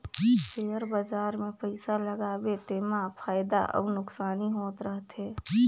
share बजार मे पइसा लगाबे तेमा फएदा अउ नोसकानी होत रहथे